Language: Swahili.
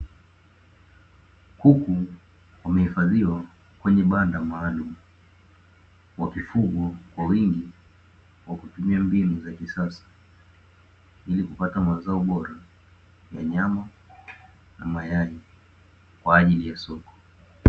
Kuku wamehifadhiwa kwenye banda maalumu, wakifugwa kwa wingi kwa kutumia mbinu za kisasa, ili kupata mazao bora ya nyama na mayai kwa ajili ya soko.